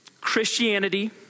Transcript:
Christianity